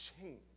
change